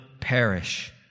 perish